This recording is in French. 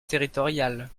territoriale